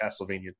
Castlevania